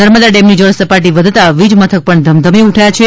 નર્મદા ડેમની જળસપાટી વધતાં વીજ મથક પણ ધમધમી ઉઠ્યા છે